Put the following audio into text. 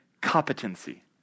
competency